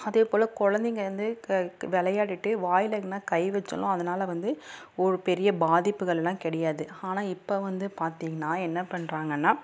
அதே போல் குழந்தைங்க வந்து க விளையாடிட்டு வாயில் எங்கேனா கை வச்சாலும் அதனால வந்து ஒரு பெரிய பாதிப்புகள்லாம் கிடையாது ஆனால் இப்போ வந்து பார்த்திங்கன்னா என்ன பண்ணுறாங்கன்னா